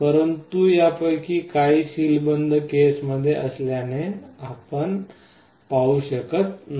परंतु यापैकी काही सील बंद केस असल्याने आपण आत पाहू शकत नाही